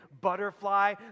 butterfly